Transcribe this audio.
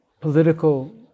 political